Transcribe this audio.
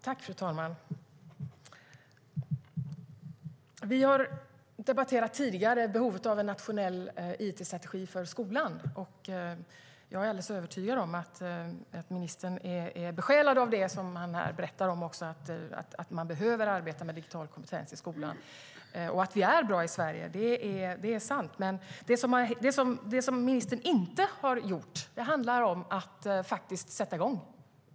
Fru talman! Vi har tidigare debatterat behovet av en nationell it-strategi för skolan. Jag är alldeles övertygad om att ministern är besjälad av det han berättade om: att man behöver arbeta med digital kompetens i skolan och att vi är bra i Sverige. Det är sant, men det ministern inte har gjort är att sätta i gång.